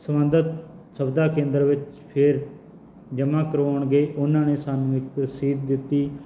ਸੰਬੰਧਿਤ ਸੁਵਿਧਾ ਕੇਂਦਰ ਵਿੱਚ ਫਿਰ ਜਮ੍ਹਾਂ ਕਰਵਾਉਣ ਗਏ ਉਹਨਾਂ ਨੇ ਸਾਨੂੰ ਇੱਕ ਰਸੀਦ ਦਿੱਤੀ